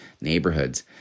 neighborhoods